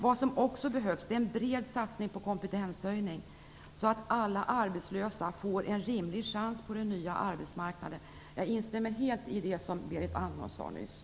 Vad som också behövs är en bred satsning på kompetenshöjning så att alla arbetslösa får en rimlig chans på den nya arbetsmarknaden. Jag instämmer helt i det som Berit Andnor nyss sade.